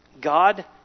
God